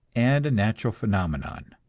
and a natural phenomenon.